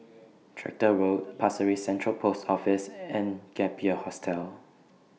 Tractor Road Pasir Ris Central Post Office and Gap Year Hostel